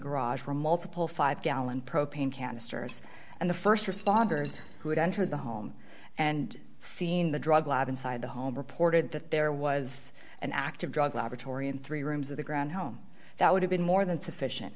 garage where multiple five gallon propane canisters and the st responders who had entered the home and seen the drug lab inside the home reported that there was an active drug laboratory in three rooms of the ground home that would have been more than sufficient